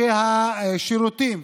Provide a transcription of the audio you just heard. שבו השירותים,